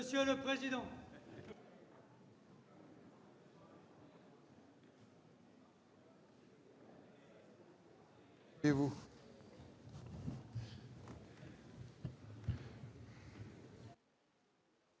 Monsieur le président, si vous